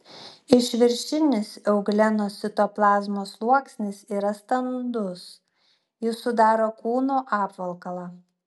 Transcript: išviršinis euglenos citoplazmos sluoksnis yra standus jis sudaro kūno apvalkalą